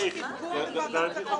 יש תרגום בוועדת זכאות.